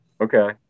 Okay